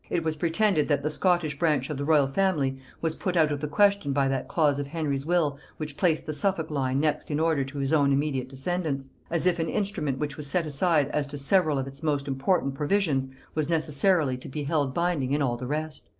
it was pretended that the scottish branch of the royal family was put out of the question by that clause of henry's will which placed the suffolk line next in order to his own immediate descendants as if an instrument which was set aside as to several of its most important provisions was necessarily to be held binding in all the rest.